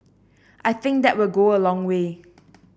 I think that will go a long way